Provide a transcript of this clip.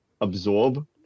absorb